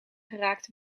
geraakt